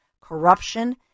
corruption